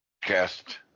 cast